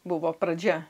buvo pradžia